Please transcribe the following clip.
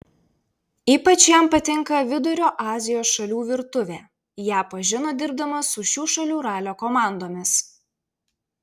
ypač jam patinka vidurio azijos šalių virtuvė ją pažino dirbdamas su šių šalių ralio komandomis